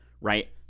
right